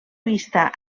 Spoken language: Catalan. vista